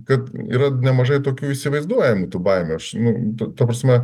kad yra nemažai tokių įsivaizduojamų tų baimių aš nu ta prasme